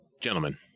Gentlemen